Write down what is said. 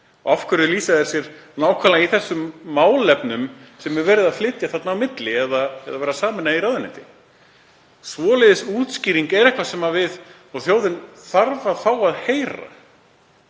Af hverju lýsa þeir sér nákvæmlega í þeim málefnum sem verið er að flytja þarna á milli eða sem verið er að sameina í ráðuneyti? Svoleiðis útskýring er eitthvað sem við og þjóðin þarf að fá að heyra